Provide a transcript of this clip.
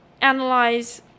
analyze